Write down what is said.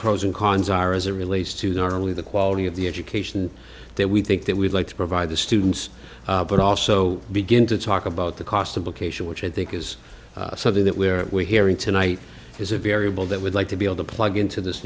pros and cons are as it relates to not only the quality of the education that we think that we'd like to provide the students but also begin to talk about the cost of location which i think is something that we're hearing tonight is a variable that would like to be able to plug into this